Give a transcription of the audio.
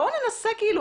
בואו ננסה כאילו